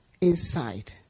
inside